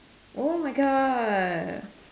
oh my God